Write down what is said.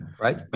Right